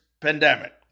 pandemic